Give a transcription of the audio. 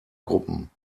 gruppen